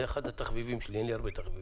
זה אחד התחביבים שלי, אין לי הרבה תחביבים.